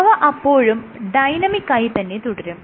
അവ അപ്പോഴും ഡൈനമിക്കായി തന്നെ തുടരും